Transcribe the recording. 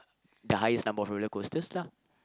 the highest number of roller coasters lah